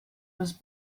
was